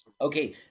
okay